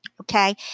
Okay